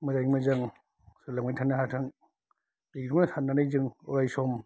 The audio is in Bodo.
मोजाङै मोजां सोलिलांबाय थानो हाथों बेखौनो साननानै जों अरायसम